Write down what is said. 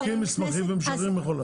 הם בודקים מסמכים ומשחררים מכולה.